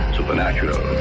Supernatural